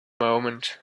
moment